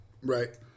Right